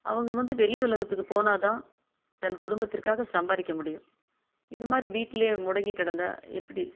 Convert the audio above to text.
அவங்க வந்து வெளி உலகத்துக்கு போனால் தான் தன் குடும்பத்திற்காக சம்பாதிக்க முடியும் இது மாதிரி வீட்டில் முடங்கி கிடந்தா எப்படி